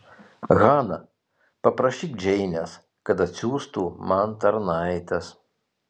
hana paprašyk džeinės kad atsiųstų man tarnaites